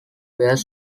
were